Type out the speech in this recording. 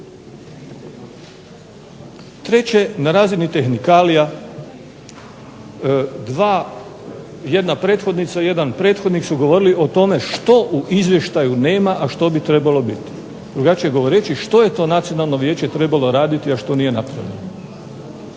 Treće na razini tehnikalija dva, jedna prethodnica i jedan prethodnik su govorili o tome što u izvještaju nema, a što bi trebalo biti. Drugačije govoreći što je to nacionalno vijeće trebalo raditi, a što nije napravilo.